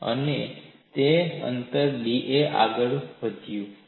અને તે અંતર dv દ્વારા આગળ વધ્યું છે